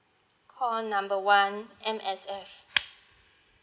call number one M_S_F